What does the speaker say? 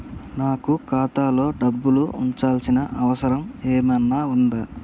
నాకు ఖాతాలో డబ్బులు ఉంచాల్సిన అవసరం ఏమన్నా ఉందా?